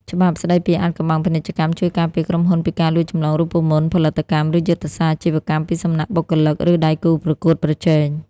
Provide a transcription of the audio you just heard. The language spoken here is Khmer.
ច្បាប់ស្ដីពីអាថ៌កំបាំងពាណិជ្ជកម្ម ជួយការពារក្រុមហ៊ុនពីការលួចចម្លងរូបមន្តផលិតកម្ម ឬយុទ្ធសាស្ត្រអាជីវកម្មពីសំណាក់បុគ្គលិក ឬដៃគូប្រកួតប្រជែង។